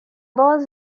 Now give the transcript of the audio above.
باز